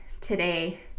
today